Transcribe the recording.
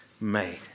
made